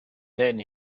then